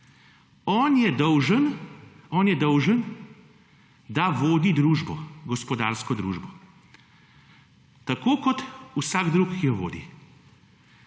on je dolžan, da vodi družbo, gospodarsko družbo, tako kot vsak drug, ki jo vodi.